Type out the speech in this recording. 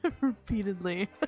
repeatedly